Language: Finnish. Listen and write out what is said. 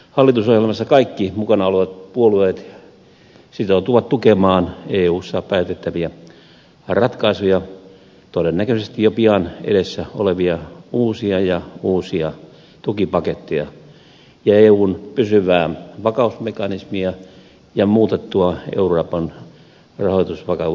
hallitusohjelmassa kaikki mukana olevat puolueet sitoutuvat tukemaan eussa päätettäviä ratkaisuja todennäköisesti jo pian edessä olevia uusia ja uusia tukipaketteja ja eun pysyvää vakausmekanismia ja muutettua euroopan rahoitusvakausvälinettä